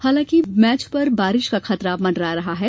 हालांकि मैच पर बारिश का खतरा मंडरा रहा है